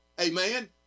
Amen